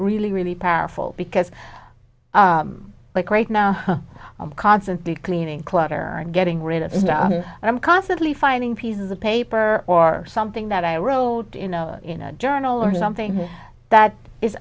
really really powerful because like right now i'm constantly cleaning clutter and getting rid of stuff and i'm constantly finding pieces of paper or something that i wrote in a journal or something that is